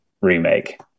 remake